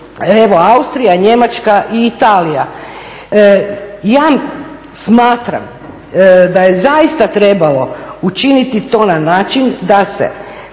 evo Austrija, Njemačka i Italija. Ja smatram da je zaista trebalo učiniti to na način da se